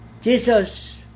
Jesus